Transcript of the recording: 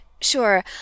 Sure